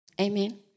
Amen